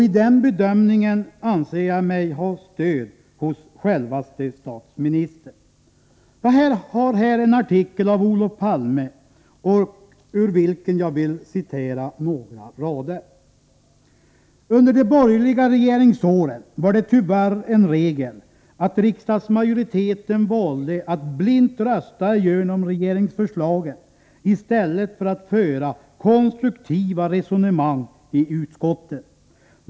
I denna bedömning anser jag mig ha stöd hos självaste statsministern. Jag har här en artikel av Olof Palme, ur vilken jag vill citera några rader: ”Under de borgerliga regeringsåren var det tyvärr en regel att riksdagsmajoriteten valde att blint rösta igenom regeringsförslagen i stället för att föra konstruktiva resonemang i utskotten.